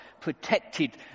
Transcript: protected